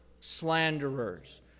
slanderers